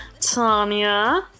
Tanya